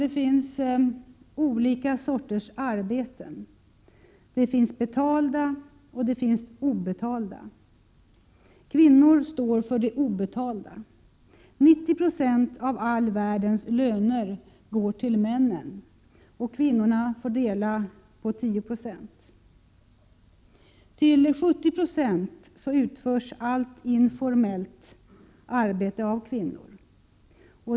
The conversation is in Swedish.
Det finns olika sorters arbeten: betalda och obetalda. Kvinnor står för det obetalda arbetet. 90 20 av all världens löner går till männen; kvinnorna får dela på 10 96. Till 70 90 utförs allt informellt arbete av kvinnor.